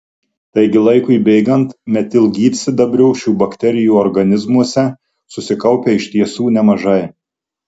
taigi laikui bėgant metilgyvsidabrio šių bakterijų organizmuose susikaupia iš tiesų nemažai